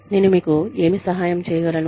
నేను మీకు ఏమి సహాయం చేయగలను